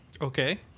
okay